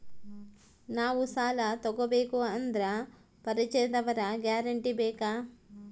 ನಾವು ಸಾಲ ತೋಗಬೇಕು ಅಂದರೆ ಪರಿಚಯದವರ ಗ್ಯಾರಂಟಿ ಬೇಕಾ?